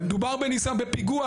מדובר בניסיון לפיגוע,